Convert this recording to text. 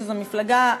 שזו מפלגה,